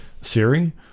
Siri